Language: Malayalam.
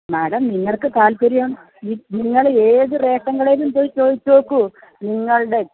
മാഡം നിങ്ങൾക്ക് താല്പര്യം നിങ്ങൾ ഏത് റേഷൻ കടയിലും പോയി ചോദിച്ചുനോക്കൂ നിങ്ങളുടെ